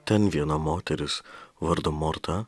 ten viena moteris vardu morta